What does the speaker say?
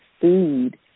food